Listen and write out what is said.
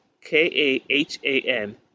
K-A-H-A-N